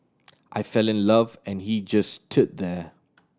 I fell in love and he just stood there